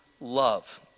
love